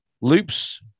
loops